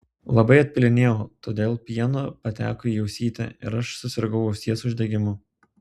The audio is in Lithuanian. labai atpylinėjau todėl pieno pateko į ausytę ir aš susirgau ausies uždegimu